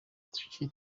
kuki